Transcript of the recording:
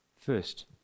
first